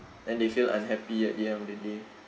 then they feel unhappy at the end of the day